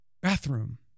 bathroom